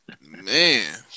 Man